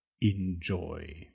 Enjoy